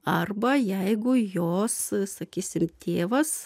arba jeigu jos sakysim tėvas